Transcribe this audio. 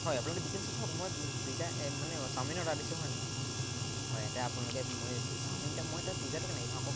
হয় আপোনালোকে ডিটেইলছটো চাওক মই পিজ্জা মানে চাওমিন অৰ্ডাৰ দিছোঁ হয়নে হয় এতিয়া আপোনালোকে মই চাওমিন মই এটা পিজ্জাটো কেনেকৈ খাওঁ কওক